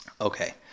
Okay